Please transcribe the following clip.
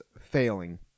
failing